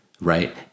right